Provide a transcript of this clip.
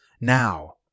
Now